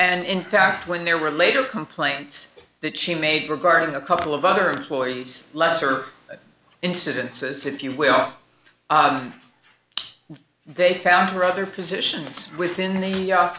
and in fact when there were later complaints that she made regarding a couple of other floyds lesser incidences if you will they found her other positions within the